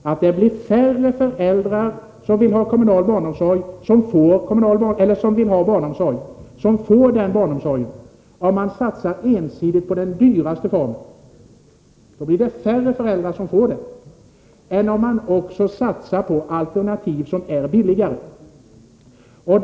att färre föräldrar av dem som vill ha barnomsorg kommer att få det, om man satsar ensidigt på den dyraste formen än om man också satsar på alternativ som är billigare.